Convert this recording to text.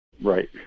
Right